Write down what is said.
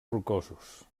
rocosos